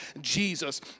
Jesus